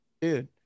Dude